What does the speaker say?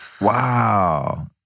Wow